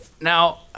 Now